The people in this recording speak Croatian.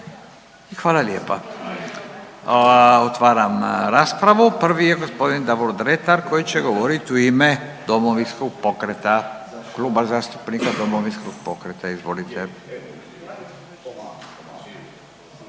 Hvala lijepa. Otvaram raspravu. Prvi je g. Davor Dretar koji će govoriti u ime Domovinskog pokreta, Kluba zastupnika Domovinskog pokreta, izvolite.